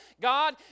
God